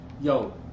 yo